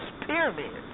pyramids